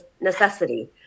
necessity